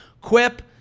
Quip